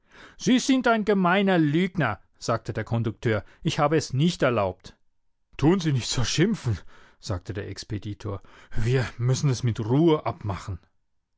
sie sind ein gemeiner lügner sagte der kondukteur ich habe es nicht erlaubt tun sie nicht so schimpfen sagte der expeditor wir müssen es mit ruhe abmachen